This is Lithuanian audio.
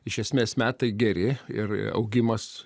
iš esmės metai geri ir augimas